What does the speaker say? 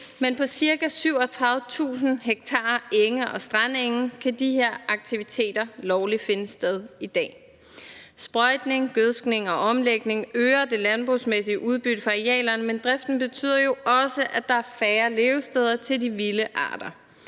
men på ca. 37.000 ha enge og strandenge kan de her aktiviteter lovligt finde sted i dag. Sprøjtning, gødskning og omlægning øger det landbrugsmæssige udbytte af arealerne, men driften betyder jo også, at der er færre levesteder til de vilde arter.